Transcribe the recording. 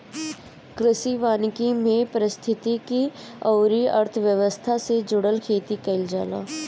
कृषि वानिकी में पारिस्थितिकी अउरी अर्थव्यवस्था से जुड़ल खेती कईल जाला